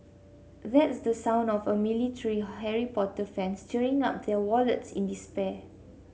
that's the sound of a million tree Harry Potter fans tearing up their wallets in despair